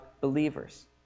believers